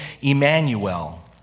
Emmanuel